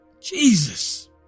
Jesus